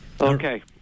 okay